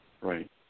Right